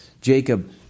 Jacob